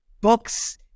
books